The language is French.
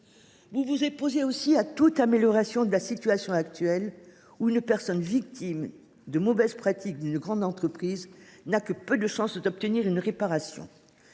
Vous vous opposez ainsi à toute amélioration de la situation actuelle, dans laquelle la victime de mauvaises pratiques d’une grande entreprise n’a que peu de chances d’obtenir réparation.